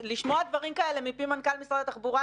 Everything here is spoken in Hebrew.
לשמוע דברים כאלה מפי מנכ"ל משרד התחבורה,